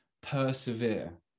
Persevere